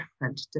different